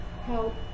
help